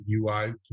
UI